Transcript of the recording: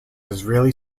israeli